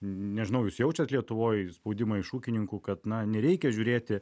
nežinau jūs jaučiat lietuvoj spaudimą iš ūkininkų kad na nereikia žiūrėti